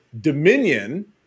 Dominion